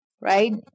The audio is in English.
right